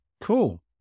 Cool